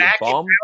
bum